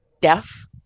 deaf